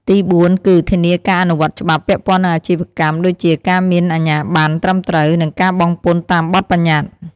ទីបួន គឺ ធានាការអនុវត្តច្បាប់ ពាក់ព័ន្ធនឹងអាជីវកម្មដូចជាការមានអាជ្ញាប័ណ្ណត្រឹមត្រូវ និងការបង់ពន្ធតាមបទប្បញ្ញត្តិ។